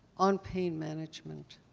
on pain management.